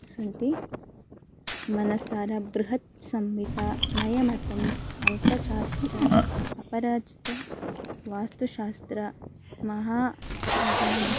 सन्ति मनस्सारब्रुहत्सम्मिता मयमतम् अङ्कशास्त्रम् अपराजितवास्तुशात्रम् महा अगामस्